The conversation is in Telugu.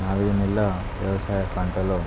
నాలుగు నెలల వ్యవసాయ పంటలు